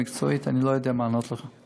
להתפטר בשל הטעויות המקצועיות שלך ב"צוק איתן";